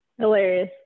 Hilarious